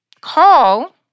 Call